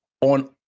on